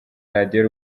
radio